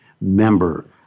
member